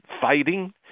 fighting